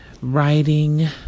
writing